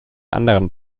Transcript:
anderen